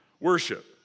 worship